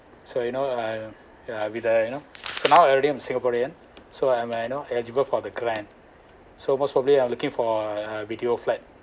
so you know uh uh with the you know so now I'm already a singaporean so am I know eligible for the grant so most probably I'm looking for a B_T_O flat